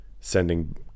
sending